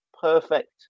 perfect